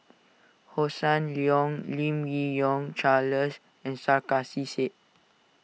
Hossan Leong Lim Yi Yong Charles and Sarkasi Said